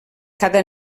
cada